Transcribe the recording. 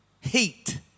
heat